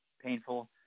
painful